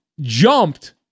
jumped